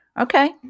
Okay